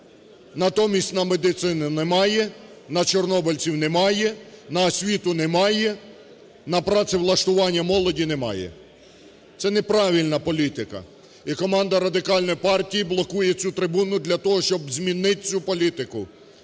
Натомість на медицину немає, на чорнобильців немає, на освіту немає, на працевлаштування молоді немає. Це неправильна політика. І команда Радикальної партії блокує цю трибуну для того, щоб змінить цю політику.